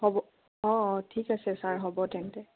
হ'ব অঁ অঁ ঠিক আছে ছাৰ হ'ব তেন্তে